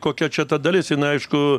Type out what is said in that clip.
kokia čia ta dalis jinai aišku